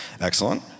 Excellent